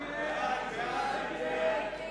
התשס”ט 2009,